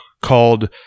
Called